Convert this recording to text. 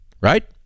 Right